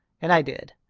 and i did.